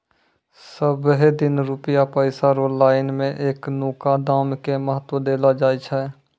सबहे दिन रुपया पैसा रो लाइन मे एखनुका दाम के महत्व देलो जाय छै